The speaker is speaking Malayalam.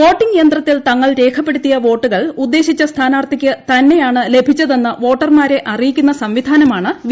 വോട്ടിംഗ് യന്ത്രത്തിൽ തങ്ങൾ രേഖപ്പെടുത്തിയ വോട്ടുകൾ ഉദ്ദേശിച്ച സ്ഥാനാർത്ഥിക്കു തന്നെയാണ് ലഭിച്ചതെന്ന് വോട്ടർമാരെ അറിയിക്കുന്ന സംവിധാനമാണ് വി